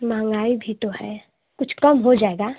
महंगाई भी तो है कुछ कम हो जाएगा